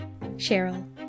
Cheryl